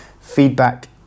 feedback